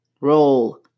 roll